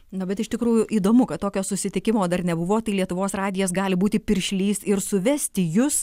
na bet iš tikrųjų įdomu kad tokio susitikimo dar nebuvo tai lietuvos radijas gali būti piršlys ir suvesti jus